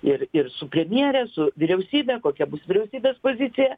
ir ir su premjere su vyriausybe kokia bus vyriausybės pozicija